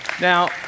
Now